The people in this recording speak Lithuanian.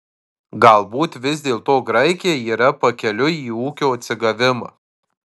galbūt vis dėlto graikija yra pakeliui į ūkio atsigavimą